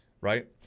Right